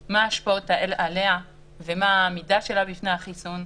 מה ההשפעות שלה ומה העמידות שלה בפני החיסון.